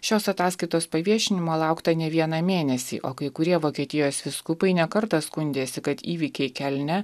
šios ataskaitos paviešinimo laukta ne vieną mėnesį o kai kurie vokietijos vyskupai ne kartą skundėsi kad įvykiai kelne